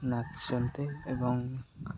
ନାଚନ୍ତି ଏବଂ